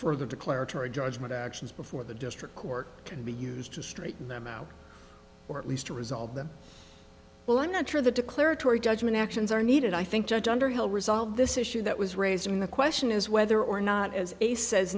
declaratory judgment actions before the district court can be used to straighten them out or at least to resolve them well i'm not sure the declaratory judgment actions are needed i think judge underhill resolve this issue that was raised in the question as whether or not as a says